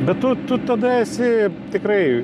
bet tu tu tada esi tikrai